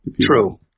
true